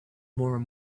more